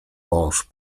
mąż